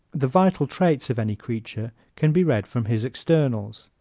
the vital traits of any creature can be read from his externals.